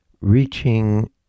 reaching